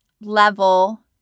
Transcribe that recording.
level